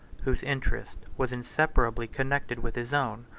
whose interest was inseparably connected with his own,